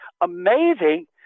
amazing